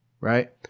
right